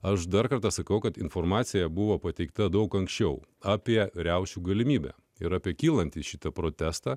aš dar kartą sakau kad informacija buvo pateikta daug anksčiau apie riaušių galimybę ir apie kylantį šitą protestą